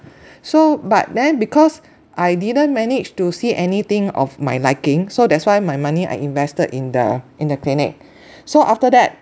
so but then because I didn't manage to see anything of my liking so that's why my money I invested in the in the clinic so after that